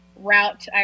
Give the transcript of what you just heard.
route